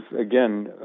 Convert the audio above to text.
again